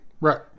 Right